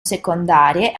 secondarie